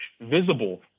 visible